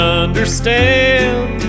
understand